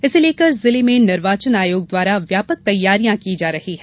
इसे लेकर जिले में निर्वाचन आयोग द्वारा व्यापक तैयारियां की जा रही हैं